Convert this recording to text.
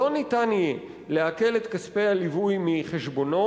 לא ניתן יהיה לעקל את כספי הליווי מחשבונו,